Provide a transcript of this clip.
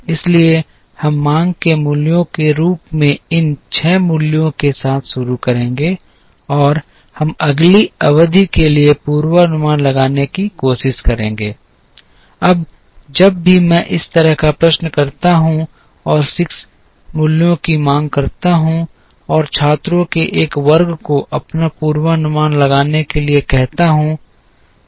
इसलिए हम मांग के मूल्यों के रूप में इन 6 मूल्यों के साथ शुरू करेंगे और हम अगली अवधि के लिए पूर्वानुमान लगाने की कोशिश करेंगे अब जब भी मैं इस तरह का प्रश्न करता हूं और 6 मूल्यों की मांग करता हूं और छात्रों के एक वर्ग को अपना पूर्वानुमान लगाने के लिए कहता हूं